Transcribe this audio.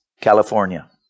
California